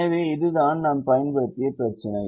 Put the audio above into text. எனவே இதுதான் நாம் பயன்படுத்திய பிரச்சினை